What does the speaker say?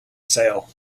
sale